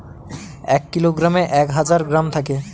এক কিলোগ্রামে এক হাজার গ্রাম থাকে